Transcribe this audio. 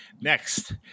next